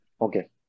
okay